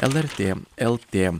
lrt lt